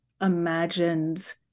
imagined